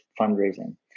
fundraising